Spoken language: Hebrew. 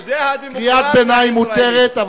קריאת ביניים מותרת,